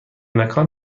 مکان